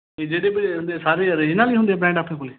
ਅਤੇ ਜਿਹੜੇ ਹੁੰਦੇ ਸਾਰੇ ਓਰਿਜਿਨਲ ਹੀ ਹੁੰਦੇ ਬ੍ਰਾਂਡ ਆਪਣੇ ਕੋਲ